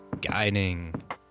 guiding